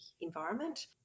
environment